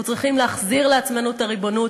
אנחנו צריכים להחזיר לעצמנו את הריבונות